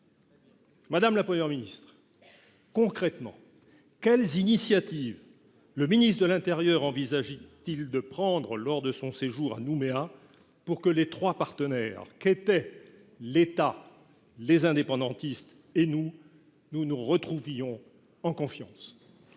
Madame la Première ministre, concrètement, quelles initiatives le ministre de l'intérieur envisage-t-il de prendre lors de son séjour à Nouméa pour que les trois partenaires qu'étaient l'État, les indépendantistes et nous-mêmes, se retrouvent en confiance ?